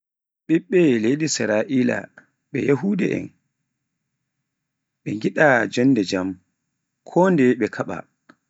ɓiɓɓe leydi Sira'ila ɓe yahuda'en, ɓe ngiɓa jonde jamm, kondeye ɓe kaɓa.